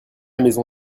maison